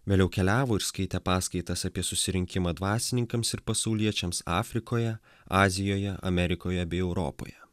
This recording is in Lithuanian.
vėliau keliavo ir skaitė paskaitas apie susirinkimą dvasininkams ir pasauliečiams afrikoje azijoje amerikoje bei europoje